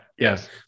Yes